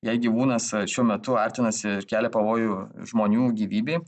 jei gyvūnas šiuo metu artinasi ir kelia pavojų žmonių gyvybei